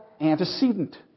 antecedent